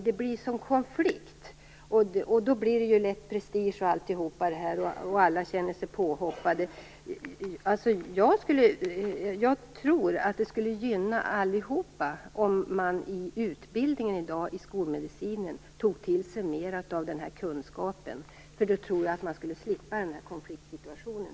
Det blir en konflikt, och då går det lätt prestige i det hela och alla känner sig påhoppade. Jag tror att det skulle gynna alla om man tog till sig mer av den här kunskapen i utbildningen i skolmedicin i dag. Då tror jag att man dessutom skulle slippa den här konfliktsituationen.